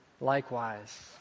likewise